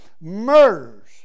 murders